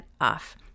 off